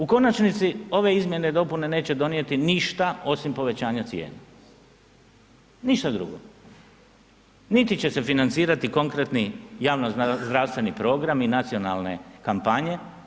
U konačnici, ove izmjene i dopune neće donijeti ništa osim povećanja cijena, ništa drugo, niti će se financirati konkretni javnozdravstveni programi i nacionalne kampanje.